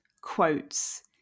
quotes